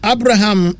Abraham